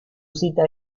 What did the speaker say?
cita